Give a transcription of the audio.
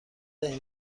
این